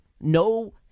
no